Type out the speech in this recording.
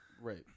Right